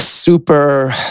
Super